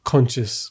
Conscious